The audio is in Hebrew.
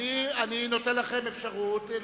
אני נותן לכם אפשרות,